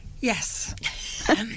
Yes